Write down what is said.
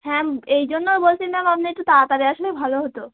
হ্যাঁ এই জন্য বলছি ম্যাম আপনি একটু তাড়াতাড়ি আসলে ভালো হতো